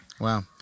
Wow